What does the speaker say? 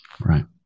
Right